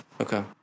Okay